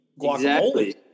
guacamole